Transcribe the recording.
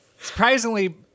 Surprisingly